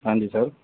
ਹਾਂਜੀ ਸਰ